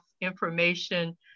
information